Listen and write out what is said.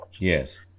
Yes